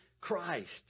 Christ